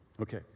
Okay